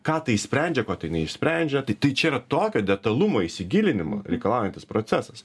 ką tai sprendžia ko tai neišsprendžia tai tai čia yra tokio detalumo įsigilinimo reikalaujantis procesas